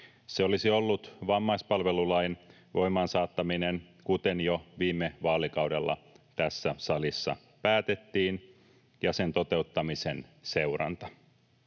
Se olisi ollut vammaispalvelulain voimaan saattaminen, kuten jo viime vaalikaudella tässä salissa päätettiin, ja sen toteuttamisen seuranta.